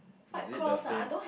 is it the same